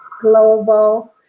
global